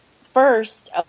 first